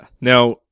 Now